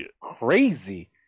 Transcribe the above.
crazy